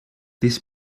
this